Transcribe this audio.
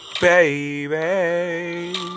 baby